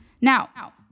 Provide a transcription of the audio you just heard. Now